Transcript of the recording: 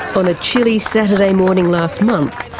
on a chilly saturday morning last month,